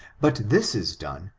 but this is done,